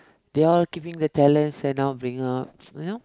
they all keeping the talents and now bring out you know